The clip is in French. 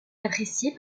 apprécié